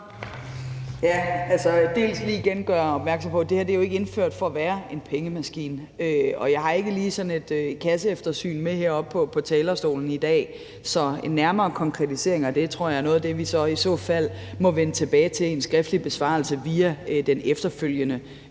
Jeg vil igen lige gøre opmærksom på, at det her jo ikke er indført for at være en pengemaskine, og jeg har ikke lige sådan et kasseeftersyn med herop på talerstolen i dag, så en nærmere konkretisering af det tror jeg er noget af det, vi i så fald må vende tilbage til i en skriftlig besvarelse via den efterfølgende